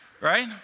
right